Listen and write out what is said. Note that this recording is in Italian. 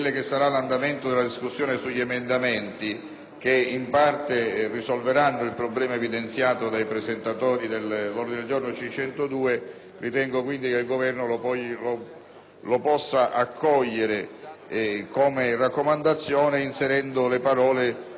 che, in parte, risolveranno il problema evidenziato dai presentatori dell'ordine del giorno in questione, ritengo che il Governo lo possa accogliere come raccomandazione, inserendo la parola «ulteriori» prima della